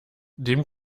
dem